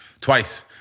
twice